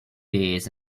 days